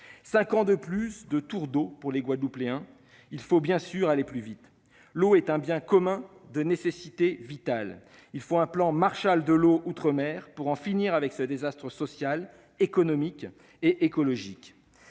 donc, de « tours d'eau » pour les Guadeloupéens. Il faut bien sûr aller plus vite. L'eau est un bien commun de nécessité vitale. Il faut un plan Marshall de l'eau outre-mer pour en finir avec ce désastre social, économique et écologique.